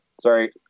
Sorry